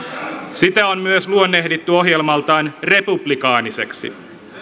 sitä on myös luonnehdittu ohjelmaltaan republikaaniseksi